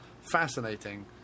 fascinating